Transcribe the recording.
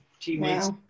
teammates